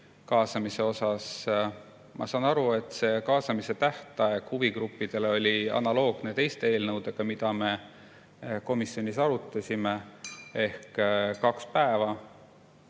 Ma saan aru, et see kaasamise tähtaeg huvigruppidele oli analoogne teiste eelnõudega, mida me komisjonis arutasime. See kaks päeva